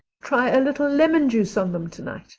try a little lemon juice on them tonight.